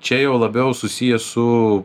čia jau labiau susiję su